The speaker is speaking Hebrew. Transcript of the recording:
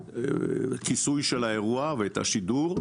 הכיסוי של האירוע ואת השידור.